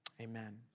Amen